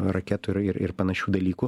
raketų ir ir panašių dalykų